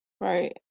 Right